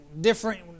different